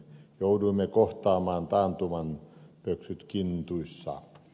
jouduimme kohtaamaan taantuman pöksyt kintuissa